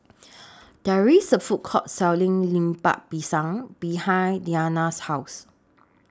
There IS A Food Court Selling Lemper Pisang behind Deana's House